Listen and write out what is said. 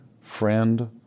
friend